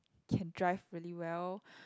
can drive really well